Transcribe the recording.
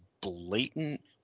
blatant